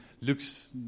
looks